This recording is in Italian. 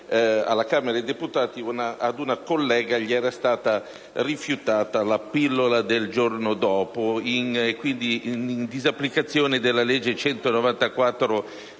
alla Camera dei deputati ad una collega era stata rifiutata la pillola del giorno dopo, in disapplicazione della legge n.